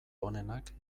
honenak